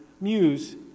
Muse